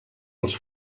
els